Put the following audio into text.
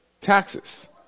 taxes